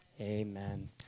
amen